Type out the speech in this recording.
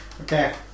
Okay